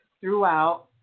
throughout